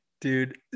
dude